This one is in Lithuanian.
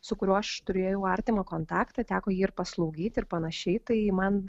su kuriuo aš turėjau artimą kontaktą teko jį ir paslaugyti ir panašiai tai man